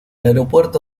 aeropuerto